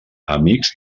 amics